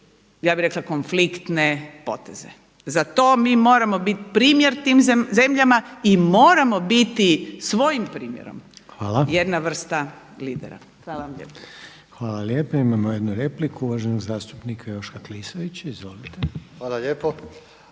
ja bi rekla konfliktne poteze. Za to mi moramo biti primjer tim zemljama i moramo biti svojim primjerom jedna vrsta lidera. Hvala vam lijepa. **Reiner, Željko (HDZ)** Hvala. Imamo jednu repliku uvaženog zastupnika Joška Klisovića. Izvolite. **Klisović,